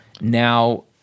now